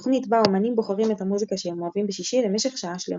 תוכנית בה אמנים בוחרים את המוזיקה שהם אוהבים בשישי למשך שעה שלמה.